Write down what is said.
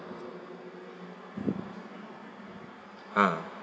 ah